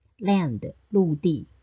Land,陆地